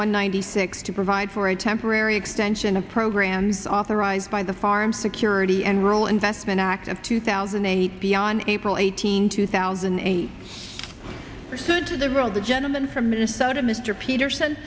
one ninety six to provide for a temporary extension of programs authorized by the farm security and rural investment act of two thousand eight beyond april eighteenth two thousand a pursuit to the role the gentleman from mit so to mr peterson